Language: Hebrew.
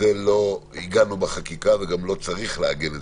שלא עיגנו בחקיקה, וגם לא צריך לעגן בחקיקה,